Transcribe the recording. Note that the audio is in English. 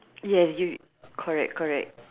ya you correct correct